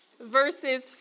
verses